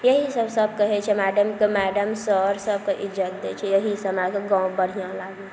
इएहसब सब कहै छै मैडमके मैडम सर सबके इज्जत दै छै अहिसँ हमरा आरके गाँव बढ़िआँ लागै छै